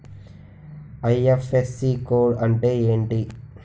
IFSC code అంటే ఏంటి?